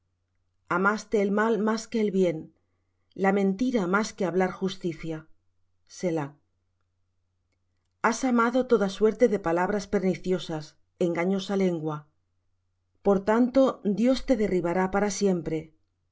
amaste el mal más que el bien la mentira más que hablar justicia selah has amado toda suerte de palabras perniciosas engañosa lengua por tanto dios te derribará para siempre